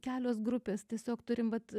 kelios grupės tiesiog turime vat